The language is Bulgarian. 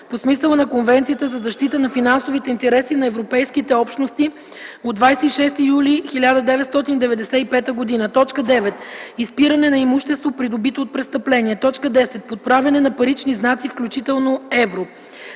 по смисъла на Конвенцията за защита на финансовите интереси на Европейските общности от 26 юли 1995 г.; 9. изпиране на имущество, придобито от престъпление; 10. подправяне на парични знаци, включително евро;